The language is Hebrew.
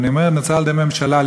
ולמה אני אומר שנוצר על-ידי הממשלה?